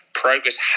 Progress